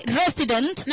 resident